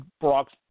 Brock's